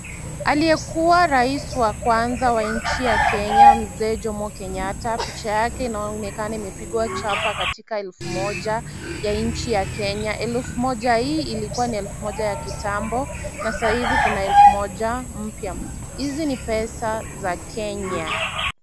Aliyekuwa rais wa kwanza wa nchi ya Kenya, mzee Jomo Kenyatta, picha yake inaonekana imepigwa chapa katika elfu moja ya nchi ya Kenya. Elfu moja hii ilikuwa elfu moja ya kitambo, sasa hivi kuna elfu moja mpya. Hizi ni pesa za Kenya.